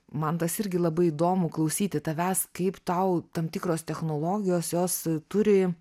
man tas irgi labai įdomu klausyti tavęs kaip tau tam tikros technologijos jos turi